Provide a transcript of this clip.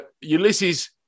Ulysses